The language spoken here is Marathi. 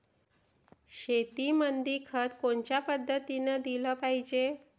शेतीमंदी खत कोनच्या पद्धतीने देलं पाहिजे?